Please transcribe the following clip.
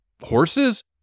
horses